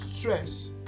Stress